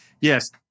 Yes